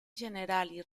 generali